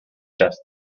just